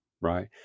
right